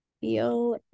Feel